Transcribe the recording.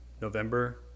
November